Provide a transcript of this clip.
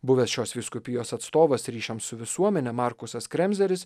buvęs šios vyskupijos atstovas ryšiams su visuomene markusas kremzeris